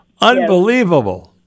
Unbelievable